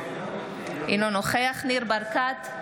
אינו נוכח ניר ברקת,